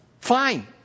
fine